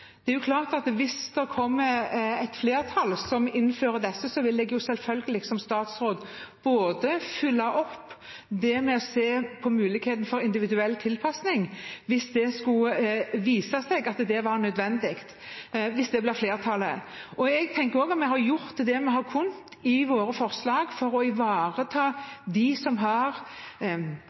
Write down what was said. Det er klart at hvis det blir flertall for å innføre dette, vil jeg selvfølgelig som statsråd følge opp det med å se på muligheten for individuell tilpasning, hvis det skulle vise seg at det er nødvendig fordi det er flertall for det. Jeg tenker også at vi har gjort det vi har kunnet i våre forslag for å ivareta dem som har